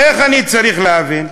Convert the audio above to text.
איך אני צריך להבין?